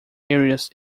areas